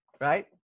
right